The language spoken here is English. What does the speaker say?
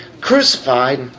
crucified